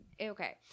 Okay